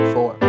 Four